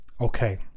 Okay